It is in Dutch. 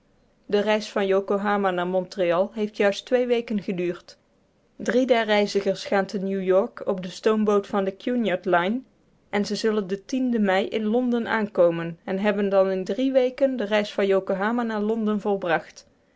de reis van yokohama naar montreal heeft juist twee weken geduurd drie der reizigers gaan te new-york op de stoomboot van de cunard line ze zullen den den mei in londen aankomen en hebben dan in drie weken de reis van yokohama naar londen volbracht